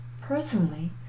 Personally